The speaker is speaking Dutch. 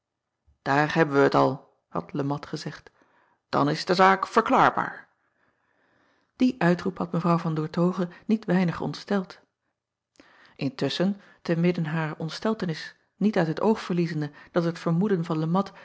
aar hebben wij t al had e at gezegd dan is de zaak verklaarbaar ie uitroep had w an oertoghe niet weinig ontsteld intusschen te midden harer ontsteltenis niet uit het oog verliezende dat het vermoeden van e at